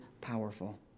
powerful